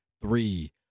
three